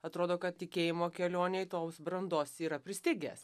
atrodo kad tikėjimo kelionėj tos brandos yra pristigęs